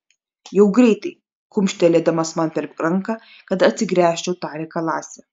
jau greitai kumštelėdamas man per ranką kad atsigręžčiau tarė kalasi